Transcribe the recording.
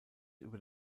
über